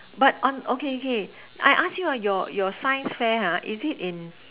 but on okay okay I ask you ah your your science fair ha is it in